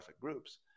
groups